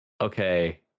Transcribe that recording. Okay